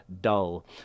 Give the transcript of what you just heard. dull